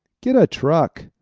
get a truck,